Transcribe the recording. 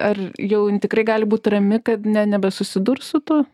ar jau tikrai gali būti rami kad nebesusidurs su tuo